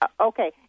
Okay